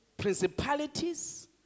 principalities